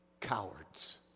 cowards